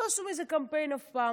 לא עשו מזה קמפיין אף פעם.